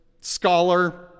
scholar